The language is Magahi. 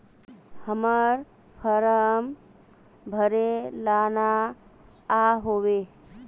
हम्मर फारम भरे ला न आबेहय?